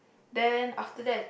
then after that